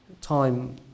time